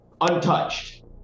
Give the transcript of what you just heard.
untouched